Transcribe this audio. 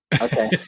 Okay